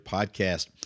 Podcast